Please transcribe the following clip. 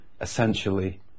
essentially